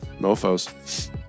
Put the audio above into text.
mofos